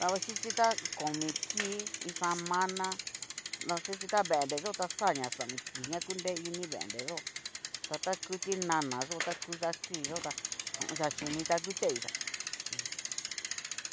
Kavaxhichí ta komi kii iin semana, davaxhichi ta veennreyo tá xaña xaon kii ña kunre ini veennreyo, ta ku ti'nana yo'o taku ya'a kui yo tá, yaxhini ta ngu teiyá.